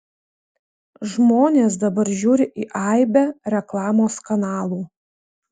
žmonės dabar žiūri į aibę reklamos kanalų